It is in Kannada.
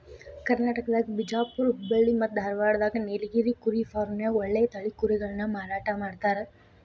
ಕರ್ನಾಟಕದಾಗ ಬಿಜಾಪುರ್ ಹುಬ್ಬಳ್ಳಿ ಮತ್ತ್ ಧಾರಾವಾಡದಾಗ ನೇಲಗಿರಿ ಕುರಿ ಫಾರ್ಮ್ನ್ಯಾಗ ಒಳ್ಳೆ ತಳಿ ಕುರಿಗಳನ್ನ ಮಾರಾಟ ಮಾಡ್ತಾರ